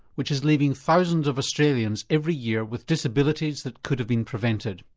which is leaving thousands of australians every year with disabilities that could have been prevented.